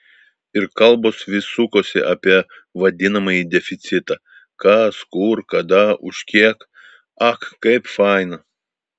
ir kalbos vis sukosi apie vadinamąjį deficitą kas kur kada už kiek ak kaip faina